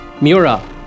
Mura